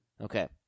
Okay